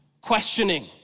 questioning